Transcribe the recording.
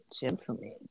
gentlemen